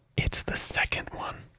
it's the second one